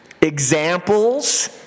examples